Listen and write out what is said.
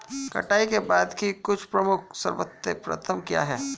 कटाई के बाद की कुछ प्रमुख सर्वोत्तम प्रथाएं क्या हैं?